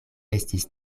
estis